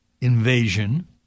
invasion